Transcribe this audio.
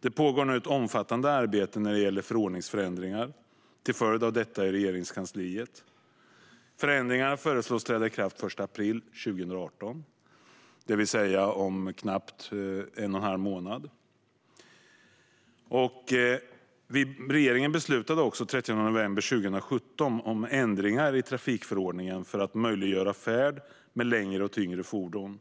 Det pågår nu ett omfattande arbete i Regeringskansliet med förordningsförändringar till följd av detta. Förändringarna föreslås träda i kraft den 1 april 2018, det vill säga om ungefär en och en halv månad. Regeringen beslutade också den 30 november 2017 om ändringar i trafikförordningen för att under en provperiod möjliggöra färd med längre och tyngre fordon